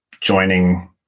joining